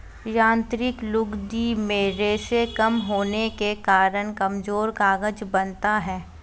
यांत्रिक लुगदी में रेशें कम होने के कारण कमजोर कागज बनता है